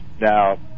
now